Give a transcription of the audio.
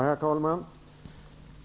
Herr talman!